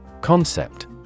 Concept